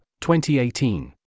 2018